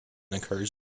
occurs